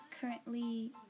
currently